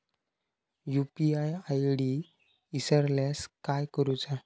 UPI ID इसरल्यास काय करुचा?